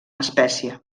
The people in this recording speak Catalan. espècia